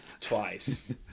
twice